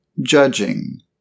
judging